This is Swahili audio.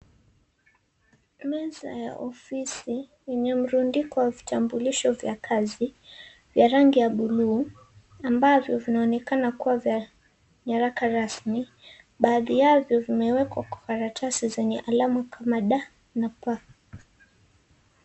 Meza ya ofisi yenye mrundiko wa vitambulisho vya kazi, vya rangi ya buluu ambavyo vinaonekana kuwa vya nyaraka rasmi, baadhi yaavyo vimewekwa kwa karatasi vyenye alama kama d na p.